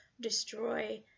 Destroy